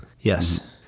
Yes